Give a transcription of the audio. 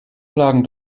plagen